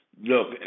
look